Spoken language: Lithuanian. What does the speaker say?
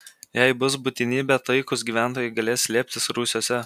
jei bus būtinybė taikūs gyventojai galės slėptis rūsiuose